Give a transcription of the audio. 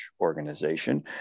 organization